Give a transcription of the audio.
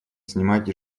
снимать